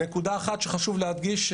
נקודה אחת שחשוב להדגיש.